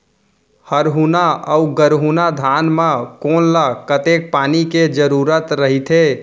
हरहुना अऊ गरहुना धान म कोन ला कतेक पानी के जरूरत रहिथे?